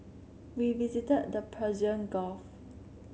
we visited the Persian Gulf